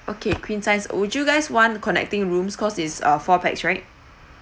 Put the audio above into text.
okay queen size would you guys want connecting rooms cause it's uh four pax right